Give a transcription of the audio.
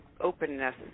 openness